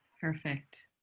perfect